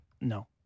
No